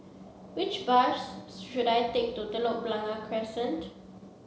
which bus should I take to Telok Blangah Crescent